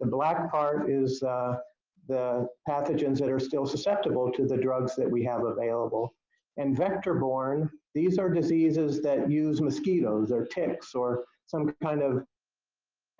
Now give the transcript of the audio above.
and black part is the pathogens that are still susceptible to the drugs we have available and vector-borne, these are diseases that use mosquitoes or ticks or some kind of